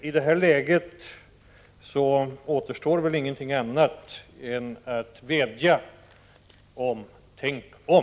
I detta läge återstår väl inget annat än att vädja till socialdemokraterna här i riksdagen: Tänk om!